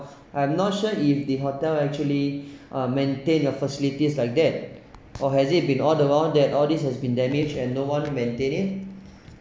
I'm not sure if the hotel actually uh maintain your facilities like that or has it been all the while that all this has been damaged and no one maintained it